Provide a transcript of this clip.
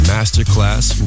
Masterclass